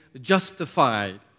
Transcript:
justified